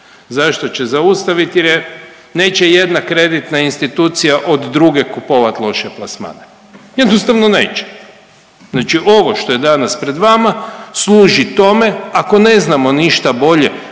Zašto će zaustaviti? Jer je, neće jedna kreditna institucija od druge kupovat loše plasmane, jednostavno neće. Znači ovo što je danas pred vama služi tome ako ne znamo ništa bolje,